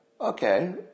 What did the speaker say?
okay